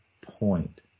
point